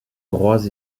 droits